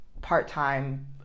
part-time